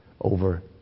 over